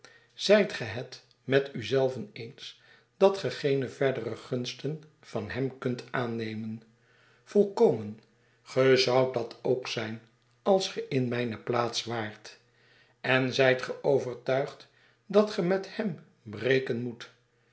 zijt ge het met u zelven eens dat ge geene verdere gunsten van hem kunt aannemen yolkomen ge zoudt dat ook zijn als ge in mijne plaats waart en zijt ge overtuigd dat ge met hem breken moet